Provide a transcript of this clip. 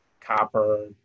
copper